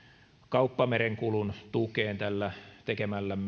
kauppamerenkulun tukeen tällä tekemällämme